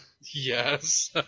Yes